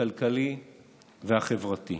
הכלכלי והחברתי.